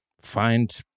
find